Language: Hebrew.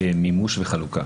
מימוש וחלוקה.